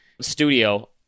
studio